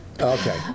Okay